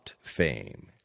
fame